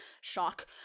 Shock